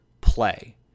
play